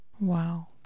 Wow